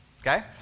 okay